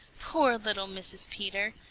poor little mrs. peter!